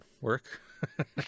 work